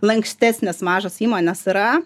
lankstesnės mažos įmonės yra